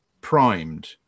primed